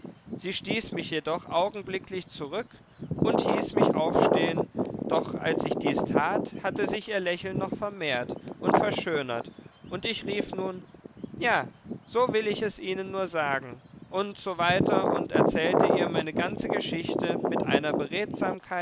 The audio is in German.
sie stieß mich jedoch augenblicklich zurück und hieß mich aufstehen doch als ich dies tat hatte sich ihr lächeln noch vermehrt und verschönert und ich rief nun ja so will ich es ihnen nur sagen und so weiter und erzählte ihr meine ganze geschichte mit einer